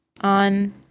on